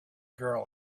girl